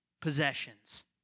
possessions